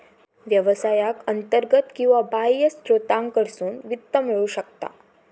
व्यवसायाक अंतर्गत किंवा बाह्य स्त्रोतांकडसून वित्त मिळू शकता